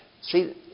See